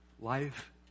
Life